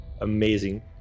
amazing